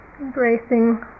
embracing